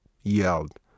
yelled